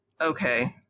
Okay